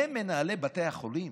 הם מנהלי בתי החולים,